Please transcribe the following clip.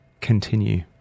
continue